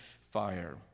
fire